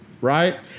Right